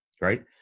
Right